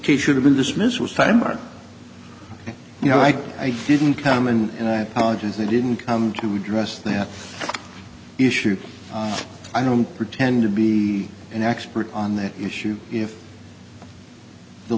to should have been dismissed was fine but you know i didn't come and i apologize i didn't come to address that issue i don't pretend to be an expert on that issue if the